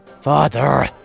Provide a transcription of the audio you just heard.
Father